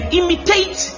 imitate